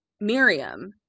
Miriam